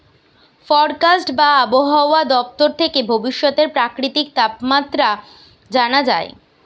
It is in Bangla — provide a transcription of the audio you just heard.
ফরকাস্ট বা আবহায়া দপ্তর থেকে ভবিষ্যতের প্রাকৃতিক তাপমাত্রা জানা যায়